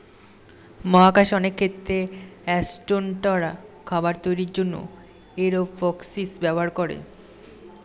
মহাকাশে অনেক ক্ষেত্রে অ্যাসট্রোনটরা খাবার তৈরির জন্যে এরওপনিক্স ব্যবহার করে